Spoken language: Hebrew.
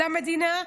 למדינה.